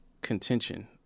contention